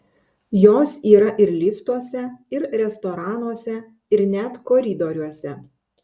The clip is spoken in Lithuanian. jos yra ir liftuose ir restoranuose ir net koridoriuose